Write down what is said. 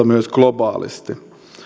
myös globaalisti